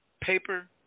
paper